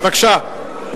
בבקשה.